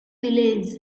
village